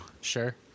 Sure